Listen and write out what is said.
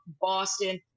Boston